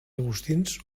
agustins